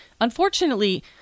Unfortunately